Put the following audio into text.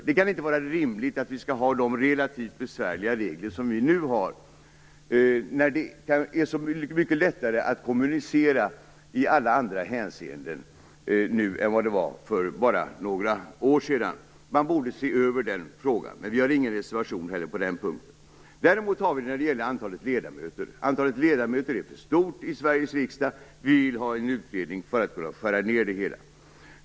Det kan inte vara rimligt att vi skall ha kvar de relativt besvärliga regler som vi har, nu när det i alla andra hänseenden är så mycket lättare att kommunicera än för bara några år sedan. Man borde se över den frågan. Men vi har ingen reservation på den punkten. Däremot har vi en reservation när det gäller antalet ledamöter. Antalet ledamöter är för stort i Sveriges riksdag. Vi vill utreda möjligheten att skära ned antalet.